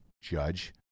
judge